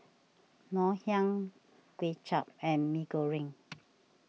Ngoh Hiang Kuay Chap and Mee Goreng